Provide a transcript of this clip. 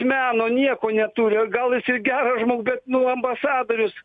meno nieko neturi gal jis ir geras žmogus bet nu ambasadorius